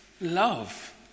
love